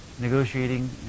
negotiating